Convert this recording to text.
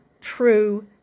true